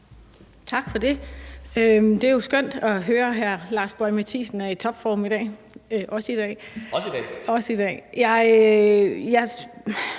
Tak for det. Det er jo skønt at høre, at hr. Lars Boje Mathiesen er i topform i dag – også i dag.